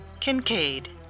Kincaid